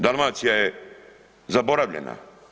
Dalmacija je zaboravljena.